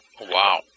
Wow